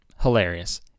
hilarious